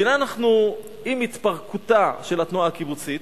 והנה, עם התפרקותה של התנועה הקיבוצית